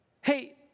Hey